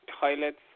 toilets